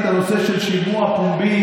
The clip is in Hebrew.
יושבים בחדרי-חדרים,